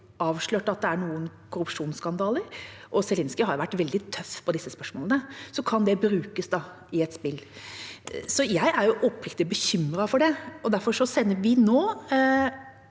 avslørt noen korrupsjonsskandaler – og Zelenskyj har vært veldig tøff i disse spørsmålene – kan det brukes i et spill. Så jeg er oppriktig bekymret for det, og derfor sender vi nå